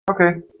Okay